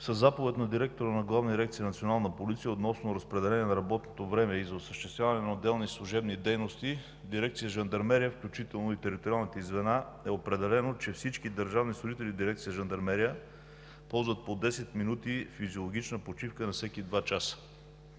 Със заповед на директора на Главна дирекция „Национална полиция“ относно разпределение на работното време и за осъществяване на отделни служебни дейности Дирекция „Жандармерия“, включително и териториалните ѝ звена, е определено, че всички държавни служители в Дирекция „Жандармерия“ ползват по 10 минути физиологична почивка на всеки два часа.